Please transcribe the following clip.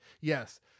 Yes